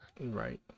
right